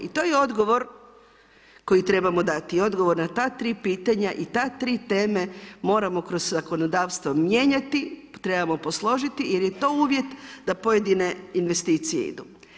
I to je odgovor koji trebamo dati i odgovor na ta 3 pitanja i te 3 teme moramo kroz zakonodavstvo mijenjati, trebamo posložiti jer je to uvjet da pojedine investicije idu.